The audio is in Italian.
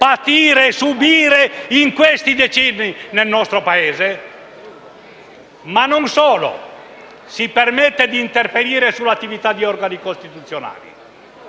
patire e subire in questi decenni nel nostro Paese?), ma si permette anche di intervenire sull'attività di organi costituzionali.